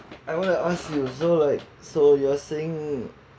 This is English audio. I wanna ask you so like so you are saying